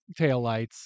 taillights